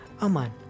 Aman